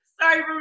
sorry